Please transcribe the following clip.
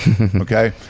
okay